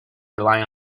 rely